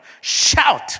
Shout